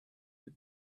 the